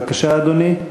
בבקשה, אדוני.